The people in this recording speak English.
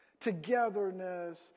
togetherness